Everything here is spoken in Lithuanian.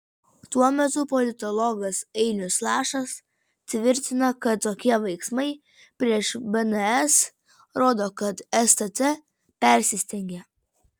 tuo metu politologas ainius lašas tvirtina kad tokie veiksmai prieš bns rodo kad stt persistengė